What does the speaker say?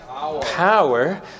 Power